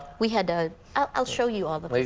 we had ah i'll i'll show you all the.